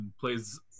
plays